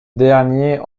dernier